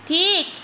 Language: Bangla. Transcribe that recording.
ঠিক